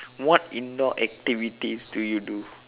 what indoor activities do you do